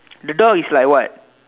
the dog is like what